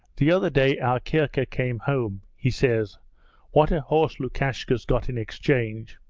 the other day our kirka came home he says what a horse lukashka's got in exchange!